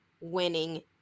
winning